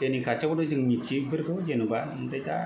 जोंनि खाथियावनो जों मिथियो बेफोरखौ जेनबा ओमफ्राय दा